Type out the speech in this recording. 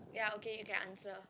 ya okay you can answer